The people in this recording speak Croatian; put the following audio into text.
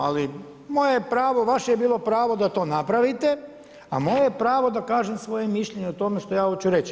Ali moje je pravo, vaše je bilo pravo da to napravite, a moje je pravo da kažem svoje mišljenje o tome šta ja hoću reći.